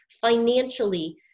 financially